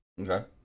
Okay